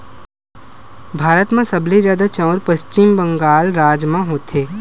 भारत म सबले जादा चाँउर पस्चिम बंगाल राज म होथे